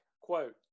quote